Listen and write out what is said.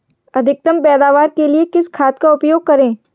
अधिकतम पैदावार के लिए किस खाद का उपयोग करें?